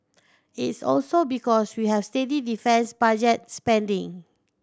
it's also because we have steady defence budget spending